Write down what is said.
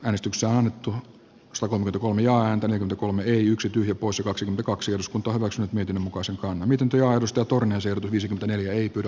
äänestys on annettu suomen ohjaa häntä kolme yksi tyhjä poissa kaksi kaksi osku toivosen niityn mukaan se miten työhevosta turhan selvisi neljä ei pidä